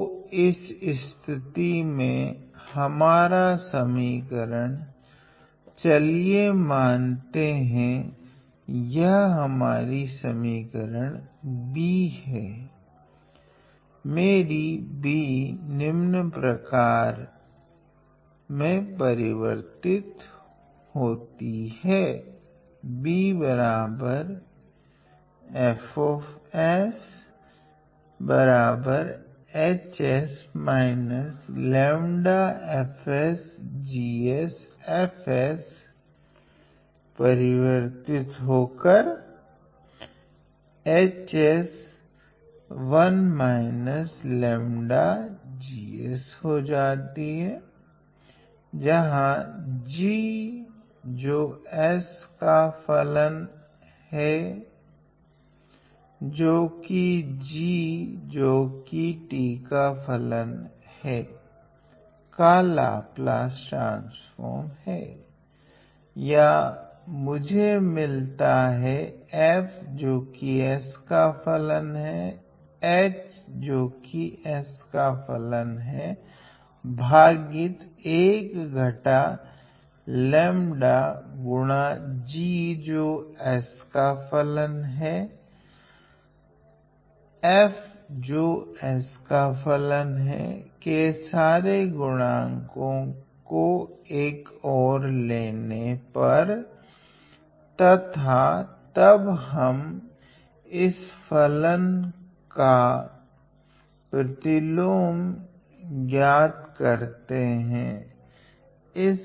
तो इस स्थिति में हमारा समीकरण चलिये मानते है यह हमारी समीकरण B है मेरी B निम्न में परिवर्तित होती है जहां G जो s का फलन जो कि g जो कि t का फलन है का लाप्लास ट्रान्स्फ़ोर्म हैं या मुझे मिलता है F जो s का फलन है H जो s का फलन है भागित 1 घटा लेम्डा गुना G जो s का फलन है F जो s का फलन है के सारे गुणांकों को एक ओर लेने पर तथा तब हम इस फलन का प्रतिलोम ज्ञात करते हैं इस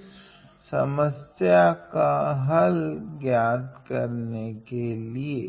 समस्या का हल ज्ञात करने के लिए